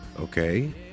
Okay